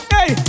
Hey